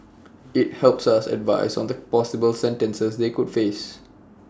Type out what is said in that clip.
IT helps us advise clients on the possible sentences they could face